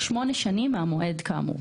רשאי לשנות את התוספת השנייה.